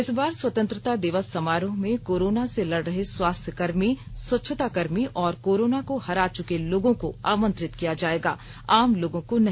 इस बार स्वतंत्रता दिवस समारोह में कोरोना से लड़ रहे स्वास्थ्यकर्मी स्वच्छताकर्मी और कोरोना को हरा चुके लोगों को आमंत्रित किया जायेगा आम लोगों को नहीं